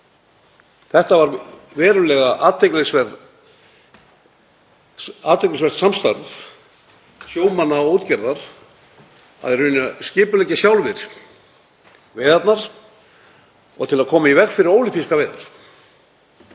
Þetta var verulega athyglisvert samstarf sjómanna og útgerða, að skipuleggja sjálfir veiðarnar til að koma í veg fyrir ólympískar veiðar.